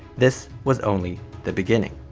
this was only the beginning.